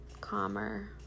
calmer